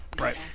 Right